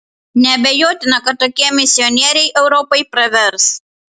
neabejotina kad tokie misionieriai europai pravers